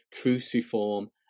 cruciform